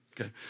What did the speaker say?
Okay